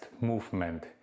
movement